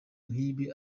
nk’ibi